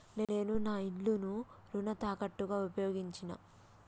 నేను నా ఇల్లును రుణ తాకట్టుగా ఉపయోగించినా